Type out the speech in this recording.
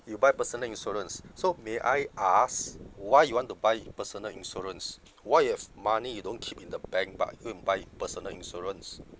you buy personal insurance so may I ask why you want to buy personal insurance why you have money you don't keep in the bank but go and buy personal insurance